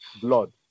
blood